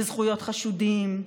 בזכויות חשודים,